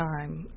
time